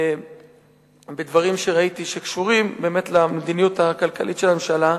בדברים שראיתי שקשורים למדיניות הכלכלית של הממשלה.